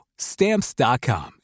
Stamps.com